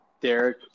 Derek